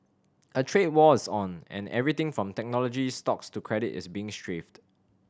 a trade war's on and everything from technology stocks to credit is being strafed